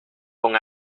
con